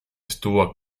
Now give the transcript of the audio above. estuvo